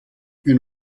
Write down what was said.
ein